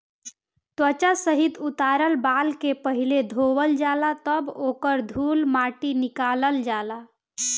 त्वचा सहित उतारल बाल के पहिले धोवल जाला तब ओकर धूल माटी निकालल जाला